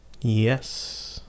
Yes